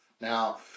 Now